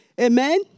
Amen